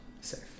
safe